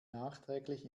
nachträglich